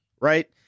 right